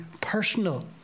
personal